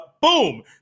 boom